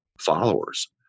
followers